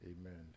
amen